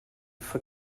for